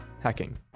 Hacking